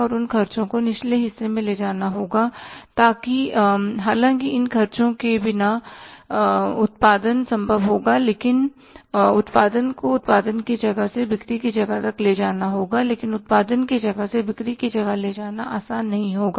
और उन खर्चों को निचले हिस्से में ले जाना होगा हालांकि इन खर्चों के बिना उत्पादन संभव होगा लेकिन उत्पादन को उत्पादन की जगह से बिक्री की जगह तक ले जाना लेकिन उत्पादन की जगह से बिक्री की जगह ले जाना आसान नहीं होगा